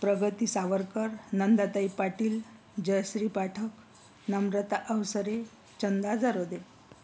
प्रगती सावरकर नंदाताई पाटील जयश्री पाठक नम्रता अवसरे चंदा झरोदे